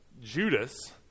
Judas